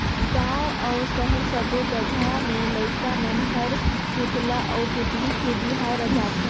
गांव अउ सहर सब्बो जघा में लईका मन हर पुतला आउ पुतली के बिहा रचाथे